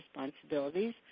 responsibilities